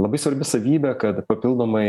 labai svarbi savybė kad papildomai